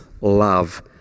Love